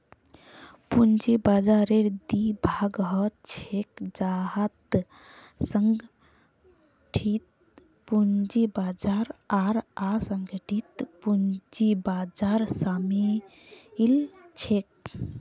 पूंजी बाजाररेर दी भाग ह छेक जहात संगठित पूंजी बाजार आर असंगठित पूंजी बाजार शामिल छेक